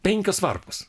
penkios varpos